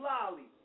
Lolly